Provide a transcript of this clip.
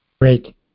Great